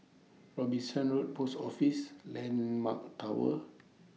Robinson Road Post Office Landmark Tower